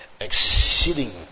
exceeding